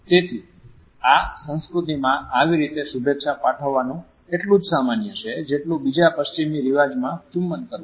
તેથી આ સંસ્કૃતિમાં આવી રીતે શુભેચ્છા પાઠવવાનું એટલું જ સામાન્ય છે જેટલું બીજા પશ્ચિમી રીવાજમાં ચુંબન કરવું